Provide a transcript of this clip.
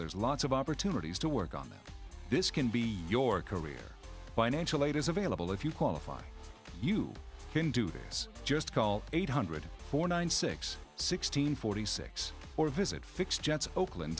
there's lots of opportunities to work on them this can be your career financial aid is available if you qualify you can do just call eight hundred four nine six sixteen forty six or visit fix jets oakland